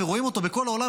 ורואים אותו בכל העולם,